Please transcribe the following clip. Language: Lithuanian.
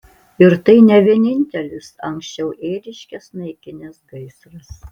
ir tai ne vienintelis anksčiau ėriškes naikinęs gaisras